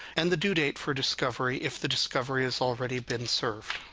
and the due date for discovery if the discovery has already been served.